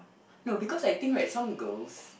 no because I think right some girls